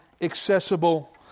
accessible